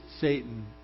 Satan